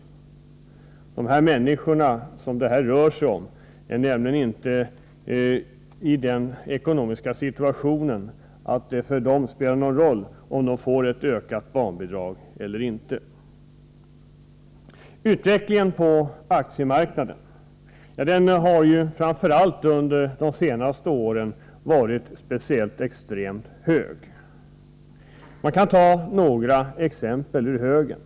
De människor det här rör sig om befinner sig nämligen inte i en sådan ekonomisk situation att det för dem spelar någon roll om de får ett ökat barnbidrag eller inte. Utvecklingen på aktiemarknaden har framför allt under de senaste åren varit extremt snabb. Man kan ta några exempel ur högen.